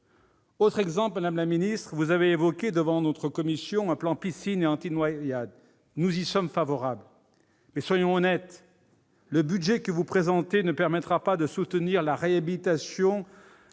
Autre exemple, madame la ministre, vous avez évoqué devant notre commission un plan « piscine et anti-noyades ». Nous y sommes favorables, mais soyons honnêtes, le budget que vous présentez ne permettra pas de soutenir la réhabilitation,